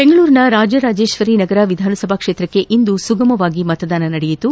ಬೆಂಗಳೂರಿನ ರಾಜರಾಜೇಶ್ವರಿ ನಗರ ವಿಧಾನಸಭಾ ಕ್ಷೇತ್ರಕ್ಷೆ ಇಂದು ಸುಗಮವಾಗಿ ಮತದಾನ ನಡೆಯಿತು